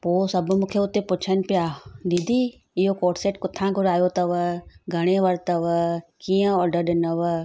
पोइ सभु मूंखे उते पुछनि पया दीदी इयो कोड सेट किथा घुरायो अथव घणे वरितव कीअं ऑडर ॾिनव